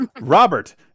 Robert